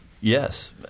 yes